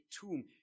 tomb